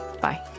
Bye